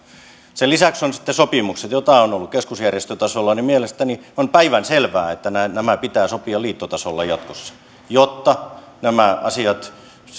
sen lisäksi on sitten sopimukset joita on ollut keskusjärjestötasolla ja mielestäni on päivänselvää että nämä pitää sopia liittotasolla jatkossa jotta nämä asiat